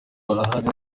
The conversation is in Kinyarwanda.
barahari